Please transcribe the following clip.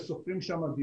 ושוכרים שם חדר